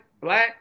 black